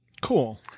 Cool